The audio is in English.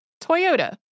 Toyota